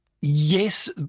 yes